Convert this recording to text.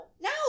No